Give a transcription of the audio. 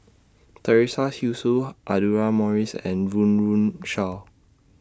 Teresa Hsu Audra Morrice and Run Run Shaw